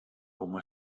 como